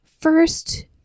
first